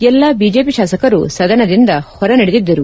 ಎಲ್ಲಾ ಬಿಜೆಪಿ ಶಾಸಕರು ಸದನದಿಂದ ಹೊರನಡೆದಿದ್ದರು